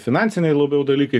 finansiniai labiau dalykai